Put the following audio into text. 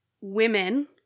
women